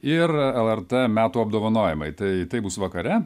ir lrt metų apdovanojimai tai tai bus vakare